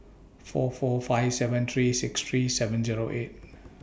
four four five seven three six three seven Zero eight